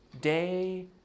day